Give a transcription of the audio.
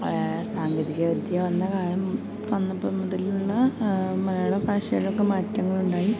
സാങ്കേതികവിദ്യ വന്ന കാലം വന്നപ്പം മുതലുള്ള മലയാള ഭാഷകളിലൊക്കെ മാറ്റങ്ങളുണ്ടായി